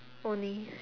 only